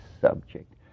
subject